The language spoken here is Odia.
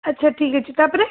ଆଚ୍ଛା ଠିକ୍ ଅଛି ତା'ପରେ